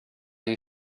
you